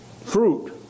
Fruit